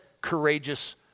courageous